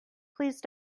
please